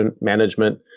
management